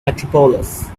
metropolis